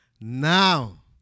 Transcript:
Now